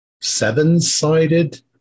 seven-sided